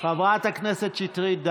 חברת הכנסת שטרית.